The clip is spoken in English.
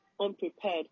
unprepared